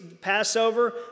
Passover